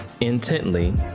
intently